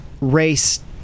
race